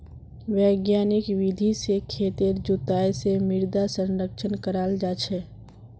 वैज्ञानिक विधि से खेतेर जुताई से मृदा संरक्षण कराल जा छे